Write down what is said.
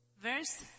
verse